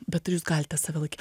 bet ar jūs galite save laikyt